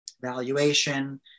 valuation